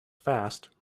fast